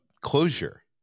closure